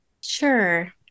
Sure